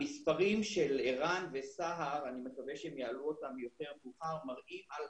המספרים של ער"ן וסה"ר אני מקווה שיעלו אותם יותר מאוחר מראים על